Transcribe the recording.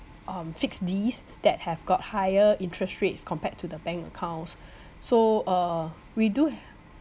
um fix these that have got higher interest rates compared to the bank accounts so uh we do